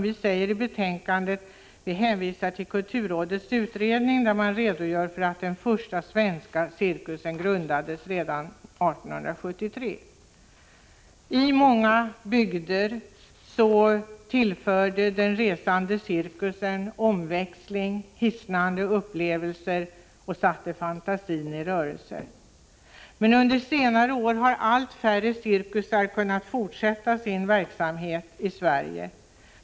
I betänkandet hänvisar vi till en rapport från kulturrådet, som redogör för att den första svenska cirkusen grundades redan 1873. I många bygder tillförde den resande cirkusen omväxling, hisnande upplevelser och satte fantasin i rörelse. Men under senare år har allt färre cirkusar kunnat fortsätta sin verksamhet i Sverige.